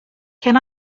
can